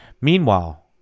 Meanwhile